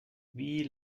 wie